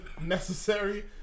necessary